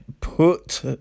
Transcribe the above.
put